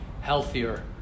healthier